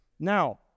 Now